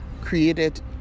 created